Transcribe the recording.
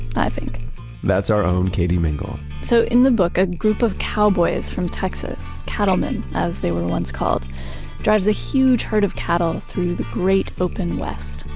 i think that's our own katie mingle so in the book, a group of cowboys from texas cattlemen, as they were once called drives a huge herd of cattle through the great open west,